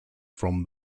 from